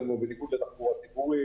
בניגוד לתחבורה ציבורית